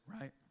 right